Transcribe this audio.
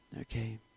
okay